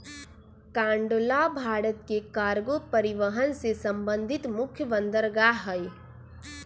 कांडला भारत के कार्गो परिवहन से संबंधित मुख्य बंदरगाह हइ